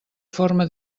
forma